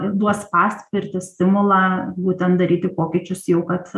duos paspirtį stimulą būtent daryti pokyčius jau kad